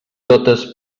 totes